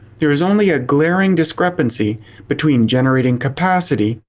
there was only a glaring discrepancy between generating capacity,